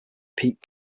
peak